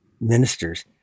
ministers